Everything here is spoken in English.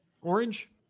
Orange